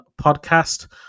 podcast